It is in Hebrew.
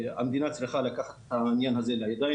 שהמדינה ושמשרד החינוך צריכים לקחת את העניין הזה לידיים.